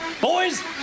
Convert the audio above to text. Boys